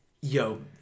Yo